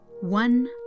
One